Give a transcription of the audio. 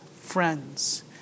friends